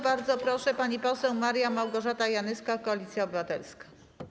Bardzo proszę, pani poseł Maria Małgorzata Janyska, Koalicja Obywatelska.